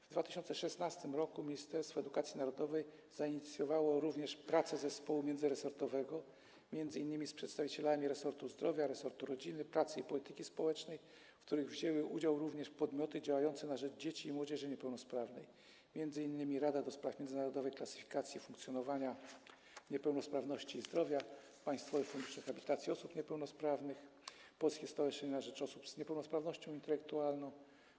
W 2016 r. Ministerstwo Edukacji Narodowej zainicjowało także prace zespołu międzyresortowego, m.in. z przedstawicielami resortu zdrowia, resortu rodziny, pracy i polityki społecznej, w której wzięły udział również podmioty działające na rzecz dzieci i młodzieży niepełnosprawnych, m.in. Rada do spraw Międzynarodowej Klasyfikacji Funkcjonowania, Niepełnosprawności i Zdrowia, Państwowy Fundusz Rehabilitacji Osób Niepełnosprawnych, Polskie Stowarzyszenie na rzecz Osób z Niepełnosprawnością Intelektualną.